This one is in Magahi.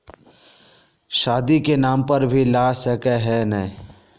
शादी के नाम पर भी ला सके है नय?